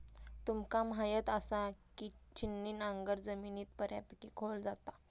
तुमका म्हायत आसा, की छिन्नी नांगर जमिनीत बऱ्यापैकी खोल जाता